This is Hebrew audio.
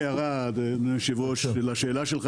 אדוני היושב-ראש, לשאלתך